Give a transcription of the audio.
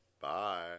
Bye